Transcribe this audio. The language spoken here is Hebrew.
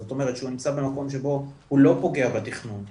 זאת אומרת שהוא נמצא במקום שבו הוא לא פוגע בתכנון,